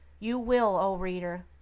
you will, o reader!